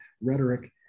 rhetoric